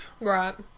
Right